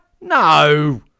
No